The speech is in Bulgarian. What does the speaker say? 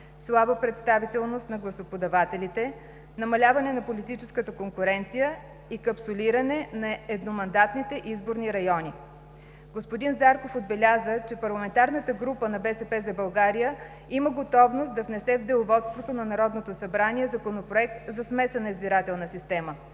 слаба представителност на гласоподавателите, намаляване на политическата конкуренция и капсулиране на едномандатните изборни райони. Господин Зарков отбеляза, че парламентарната група на „БСП за България“ има готовност да внесе в Деловодството на Народното събрание Законопроект за смесена избирателна система.